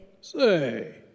Say